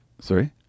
Sorry